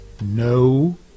No